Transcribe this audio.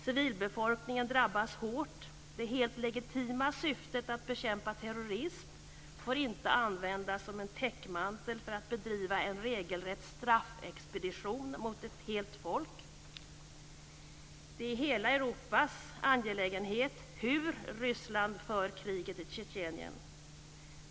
Civilbefolkningen drabbas hårt. Det helt legitima syftet att bekämpa terrorism får inte användas som täckmantel för att bedriva en regelrätt straffexpedition mot ett helt folk. Det är hela Europas angelägenhet hur Ryssland för kriget i Tjetjenien.